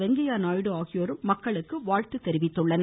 வெங்கைய நாயுடு ஆகியோரும் மக்களுக்கு வாழ்த்து தெரிவித்துள்ளனர்